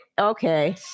Okay